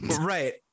Right